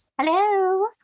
Hello